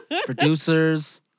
Producers